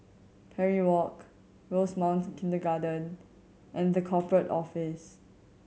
Parry Walk Rosemount Kindergarten and The Corporate Office